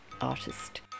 artist